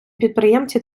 підприємці